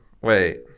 Wait